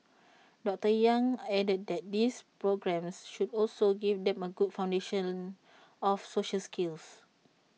doctor yang added that these programmes should also give them A good foundation of social skills